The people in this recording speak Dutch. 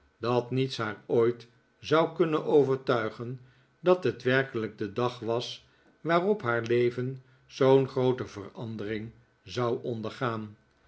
dat niets haar ooit zou kunnen overtuigen dat het werkelijk de dag was waarop haar leven zoo'h groote verandering zou ondergaan